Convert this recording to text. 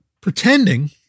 pretending